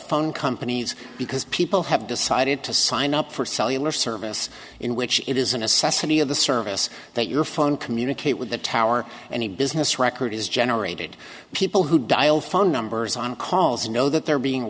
phone companies because people have decided to sign up for cellular service in which it is a necessity of the service that your phone communicate with the tower any business record is generated people who dial phone numbers on calls know that they're being